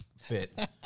fit